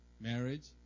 Marriage